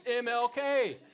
MLK